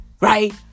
Right